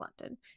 london